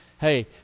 hey